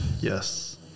yes